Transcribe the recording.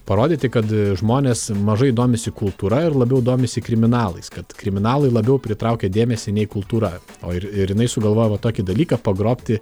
parodyti kad žmonės mažai domisi kultūra ir labiau domisi kriminalais kad kriminalai labiau pritraukia dėmesį nei kultūra o ir ir jinai sugalvojo va tokį dalyką pagrobti